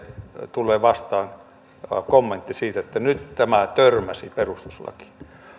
tulee vastaan kommentti siitä että nyt tämä törmäsi perustuslakiin